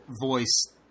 voice